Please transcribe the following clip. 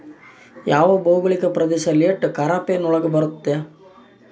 ಯಾವ ಭೌಗೋಳಿಕ ಪ್ರದೇಶ ಲೇಟ್ ಖಾರೇಫ್ ನೊಳಗ ಬರುತ್ತೆ?